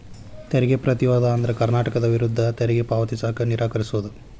ತೆರಿಗೆ ಪ್ರತಿರೋಧ ಅಂದ್ರ ಸರ್ಕಾರದ ವಿರುದ್ಧ ತೆರಿಗೆ ಪಾವತಿಸಕ ನಿರಾಕರಿಸೊದ್